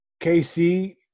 KC